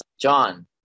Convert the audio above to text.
John